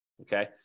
Okay